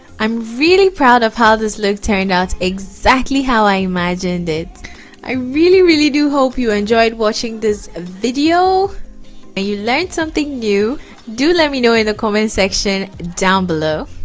i'm really proud of how this look turned out exactly how i imagined it i really really do hope you enjoyed watching this video and you learned something you do let me know in the comment section down below